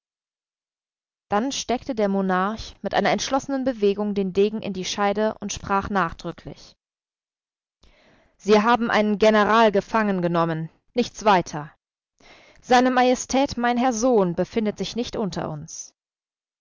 dann steckte der monarch mit einer entschlossenen bewegung den degen in die scheide und sprach nachdrücklich sie haben einen general gefangengenommen nichts weiter seine majestät mein herr sohn befindet sich nicht unter uns